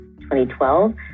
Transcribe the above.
2012